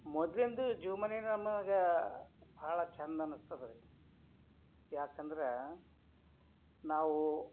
ಮೊದಲಿಂದು ಜೀವಮಾನ ಏನು ನಮಗೆ ಭಾಳ ಚಂದ ಅನ್ನಿಸ್ತದ ರೀ ಯಾಕಂದ್ರೆ ನಾವು